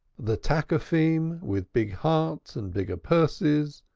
the takeefim with big hearts and bigger purses,